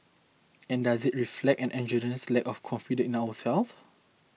and does it reflect an egregious lack of confidence in ourselves